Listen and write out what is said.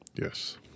Yes